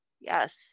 Yes